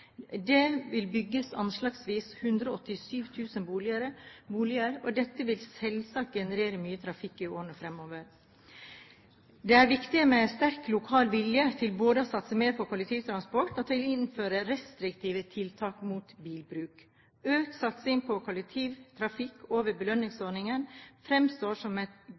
dette vil selvsagt generere mye trafikk i årene fremover. Det er viktig med sterk lokal vilje til både å satse mer på kollektivtransport og å innføre restriktive tiltak mot bilbruk. Økt satsing på kollektivtrafikken over belønningsordningen fremstår som et